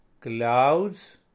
Clouds